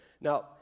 Now